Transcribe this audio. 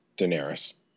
daenerys